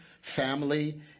family